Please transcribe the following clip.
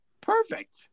perfect